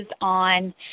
on